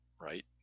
Right